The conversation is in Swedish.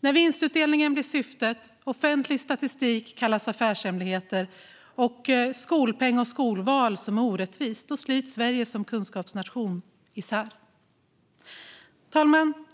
När vinstutdelning blir syftet, offentlig statistik kallas affärshemligheter och skolpeng och skolval är orättvisa slits Sverige som kunskapsnation isär. Fru talman!